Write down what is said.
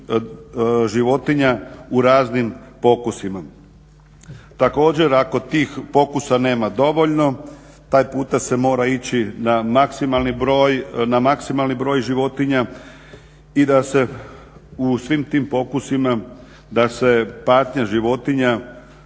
životinja u raznim pokusima. Također, ako tih pokusa nema dovoljno taj puta se mora ići na maksimalni broj životinja i da se u svim tim pokusima, da se patnja životinja